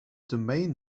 domain